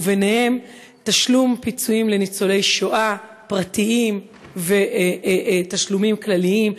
ובהם תשלום פיצויים לניצולי שואה פרטיים ותשלומים כלליים,